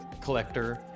collector